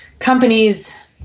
Companies